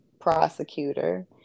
prosecutor